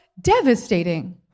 devastating